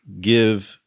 give